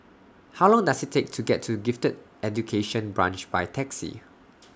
How Long Does IT Take to get to Gifted Education Branch By Taxi